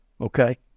okay